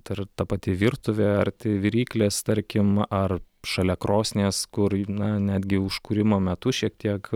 ar ta pati virtuvė arti viryklės tarkim ar šalia krosnies kur na netgi užkūrimo metu šiek tiek